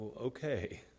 okay